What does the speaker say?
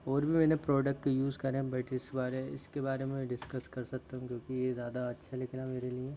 और भी मैंने प्रोडक्ट यूज़ करे हैं बट इस बारे इसके बारे में डिसकस कर सकते हैं क्योंकि ये ज़्यादा अच्छा निकला मेरे लिए